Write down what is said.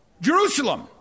Jerusalem